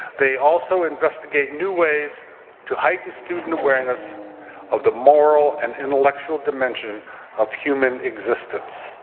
they also investigate new ways to heighten student awareness of the moral and intellectual dimension of human existence.